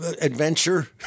adventure